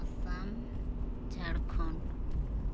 Assam Jharkhand